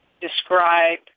describe